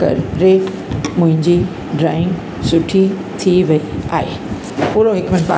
करे मुहिंजी ड्रॉइंग सुठी थी वयी आहे पूरो हिकु मिंट पार